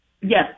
Yes